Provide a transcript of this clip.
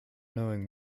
knowing